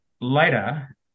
later